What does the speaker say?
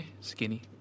Skinny